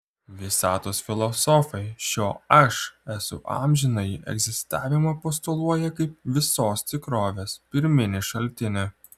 visatos filosofai šio aš esu amžinąjį egzistavimą postuluoja kaip visos tikrovės pirminį šaltinį